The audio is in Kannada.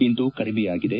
ಇಂದು ಕಡಿಮೆಯಾಗಿದೆ